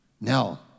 Now